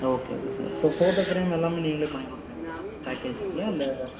okay okay sir இப்போ photo frame எல்லாமே நீங்களே பண்ணி கொடுத்துருவிங்களா பேக்கேஜில் இல்லை